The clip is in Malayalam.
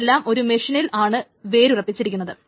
അതെല്ലാം ഒരു മെഷീനിൽ ആണ് വേരുറപ്പിച്ചിരിക്കുന്നത്